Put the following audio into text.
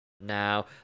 now